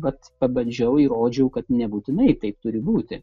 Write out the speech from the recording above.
vat pabandžiau įrodžiau kad nebūtinai taip turi būti